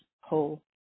whole